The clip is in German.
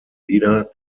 wieder